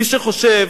מי שחושב